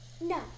No